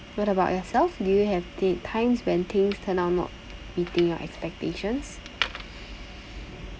what about yourself do you have thi~ times when things turn out not meeting your expectations